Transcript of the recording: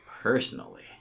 personally